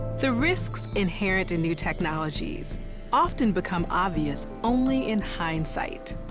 the risks inherent in new technologies often become obvious only in hindsight.